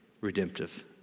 redemptive